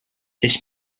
this